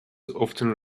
often